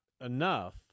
enough